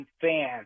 fan